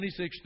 26